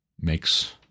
makes